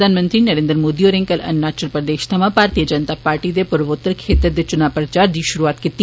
प्रधानमंत्री नरेंद्र मोदी होरें कल अरूणाचल प्रदेष थमां भारतीय जनता पार्टी दे पूर्वोत्तर क्षेत्र दे चुनां प्रचार दी षुरूआत कीती